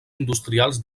industrials